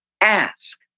Ask